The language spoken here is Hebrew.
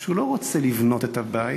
שהוא לא רוצה לבנות את הבית,